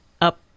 up